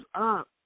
up